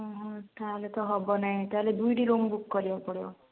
ଅଁ ହଁ ତାହେଲେ ତ ହେବ ନାହିଁ ତାହେଲେ ଦୁଇଟି ରୁମ୍ ବୁକ୍ କରିବାକୁ ପଡ଼ିବ